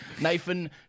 Nathan